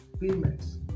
payments